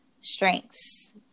strengths